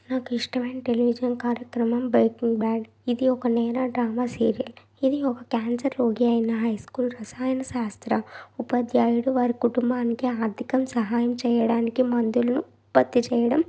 నాకిష్టమైన టెలివిజన్ కార్యక్రమం Breaking Bad ఇది ఒక నేరా డ్రామా సీరియల్ ఇది ఒక క్యాన్సర్ రోగి అయిన హై స్కూల్ రసాయన శాస్త్ర ఉపాధ్యాయుడు వారి కుటుంబానికి ఆర్ధికం సహాయం చెయ్యడానికి మందులు ఉత్పత్తి చేయడం